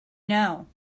know